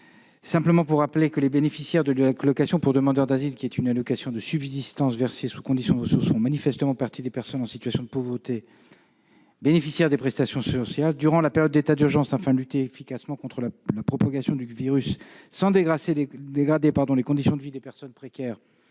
simplement rappeler que les bénéficiaires de l'allocation pour demandeur d'asile, une allocation de subsistance versée sous conditions de ressources, font manifestement partie des personnes en situation de pauvreté bénéficiaires des prestations sociales durant la période d'état d'urgence pour lutter efficacement contre la propagation du virus sans dégrader les conditions de vie des personnes précaires.